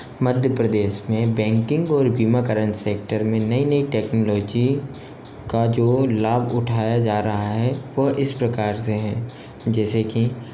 मध्य प्रदेश में बैंकिंग और बीमा करेंट सेक्टर में नई नई टेक्नोलॉजी का जो लाभ उठाया जा रहा है वह इस प्रकार से है जैसे कि